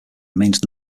remains